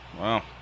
wow